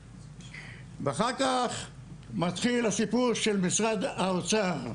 ואחר כך, מתחיל הסיפור של משרד האוצר,